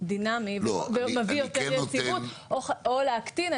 דינמי ומביא יותר יציבות, או להקטין.